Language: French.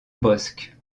bosc